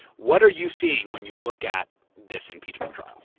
what are you seeing when you look at this impeachment trial?